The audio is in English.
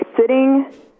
sitting